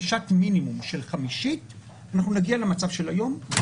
אני רוצה לדבר על רמת הענישה כפי שהיא נוהגת היום אבל